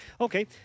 Okay